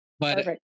perfect